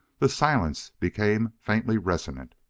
the silence became faintly resonant,